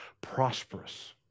prosperous